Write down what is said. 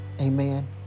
amen